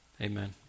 Amen